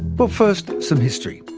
but first, some history.